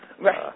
Right